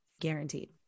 guaranteed